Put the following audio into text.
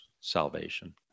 salvation